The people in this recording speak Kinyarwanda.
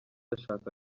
ashaka